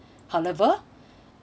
however